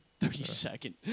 Thirty-second